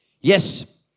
Yes